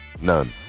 none